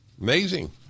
Amazing